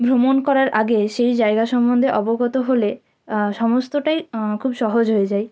ভ্রমণ করার আগে সেই জায়গা সম্বন্ধে অবগত হলে সমস্তটাই খুব সহজ হয়ে যায়